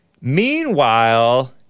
Meanwhile